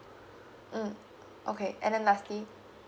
mm okay and then lastly